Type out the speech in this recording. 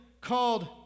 called